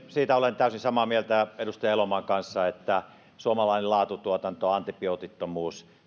siitä olen täysin samaa mieltä edustaja elomaan kanssa että suomalainen laatutuotanto antibiootittomuus